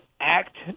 act